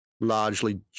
largely